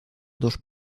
dos